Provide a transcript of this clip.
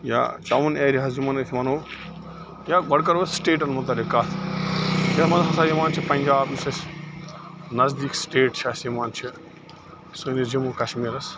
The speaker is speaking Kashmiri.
یا ٹاوُن ایریاز یِمن أسۍ وَنو یا گۄڈٕ کَرو أسۍ سِٹیٹَن متعلق کتھ ییٚتھ منٛز ہَسا یِوان چھُ پنٛجاب یُس اسہِ نزدیٖک سِٹیٹ چھِ اسہِ یِوان چھُ سٲنِس جموں کشمیٖرَس